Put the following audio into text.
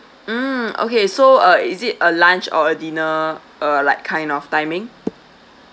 mm okay so uh is it a lunch or dinner uh like kind of timing